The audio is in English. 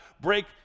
break